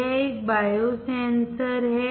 यह एक biosensor है